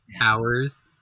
hours